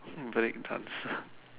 hmm where it comes uh